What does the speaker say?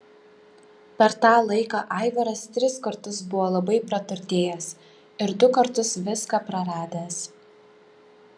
per tą laiką aivaras tris kartus buvo labai praturtėjęs ir du kartus viską praradęs